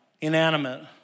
inanimate